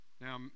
Now